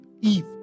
Eve